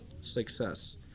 success